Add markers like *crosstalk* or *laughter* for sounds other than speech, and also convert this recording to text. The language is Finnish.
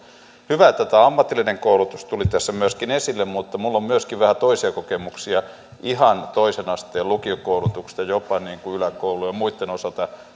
hyvä että tämä ammatillinen koulutus tuli tässä myöskin esille mutta minulla on myöskin vähän toisia kokemuksia ihan toisen asteen lukiokoulutuksesta jopa yläkoulun ja muitten osalta *unintelligible*